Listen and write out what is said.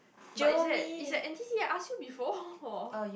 but is that is that N_T_C I ask you before